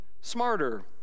smarter